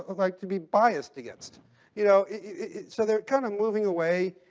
like to be biased against you know, it so they're kind of moving away.